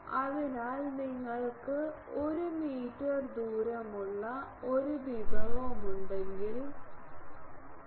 അതിനാൽ നിങ്ങൾക്ക് 1 മീറ്റർ ദൂരമുള്ള ഒരു വിഭവമുണ്ടെങ്കിൽ pi